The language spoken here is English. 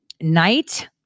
night